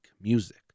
music